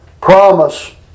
promise